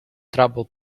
trouble